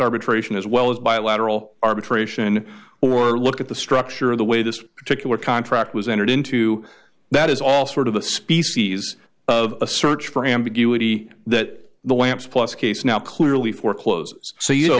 arbitration as well as bilateral arbitration or look at the structure of the way this particular contract was entered into that is all sort of a species of a search for ambiguity that the lamps plus case now clearly foreclose so you